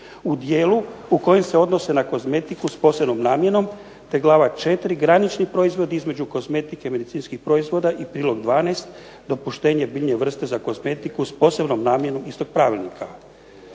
u dijelu u kojem se odnose na kozmetiku s posebnom namjenom. Te glava 4. granični proizvodi između kozmetike i medicinskih proizvoda, i prilog 12. dopuštenje biljnih vrsta za kozmetiku s posebnom namjenom istog Pravilnika.